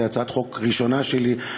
זו הצעת חוק ראשונה שלי.